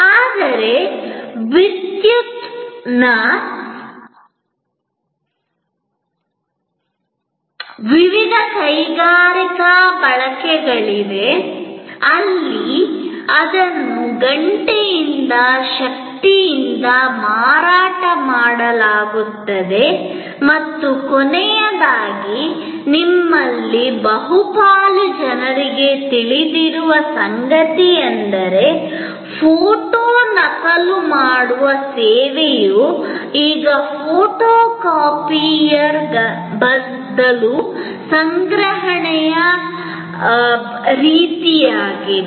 ಆದರೆ ವಿದ್ಯುತ್ನ ವಿವಿಧ ಕೈಗಾರಿಕಾ ಬಳಕೆಗಳಿವೆ ಅಲ್ಲಿ ಅದನ್ನು ಗಂಟೆಯಿಂದ ಶಕ್ತಿಯಿಂದ ಮಾರಾಟ ಮಾಡಲಾಗುತ್ತದೆ ಮತ್ತು ಕೊನೆಯದಾಗಿ ನಿಮ್ಮಲ್ಲಿ ಬಹುಪಾಲು ಜನರಿಗೆ ತಿಳಿದಿರುವ ಸಂಗತಿಯೆಂದರೆ ಫೋಟೋ ನಕಲು ಮಾಡುವ ಸೇವೆಯು ಈಗ ಫೋಟೊಕಾಪಿಯರ್ಗಳ ಬದಲು ಸಂಗ್ರಹಣೆಯಯಾಗಿದೆ